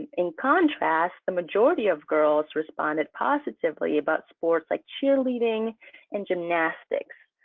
in contrast, the majority of girls responded positively about sports, like cheerleading and gymnastics.